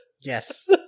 Yes